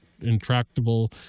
intractable